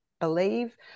believe